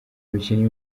umukinnyi